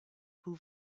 who